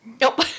Nope